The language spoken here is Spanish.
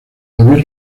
david